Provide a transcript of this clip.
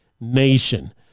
nation